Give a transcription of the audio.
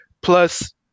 Plus